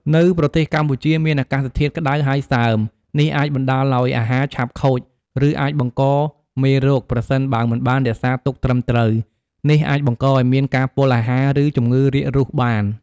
នៅប្រទេសកម្ពុជាមានអាកាសធាតុក្តៅហើយសើម នេះអាចបណ្តាលឱ្យអាហារឆាប់ខូច ឬ អាចបង្កមេរោគ ប្រសិនបើមិនបានរក្សាទុកត្រឹមត្រូវ នេះអាចបង្កឱ្យមានការពុលអាហារឬជំងឺរាករូសបាន។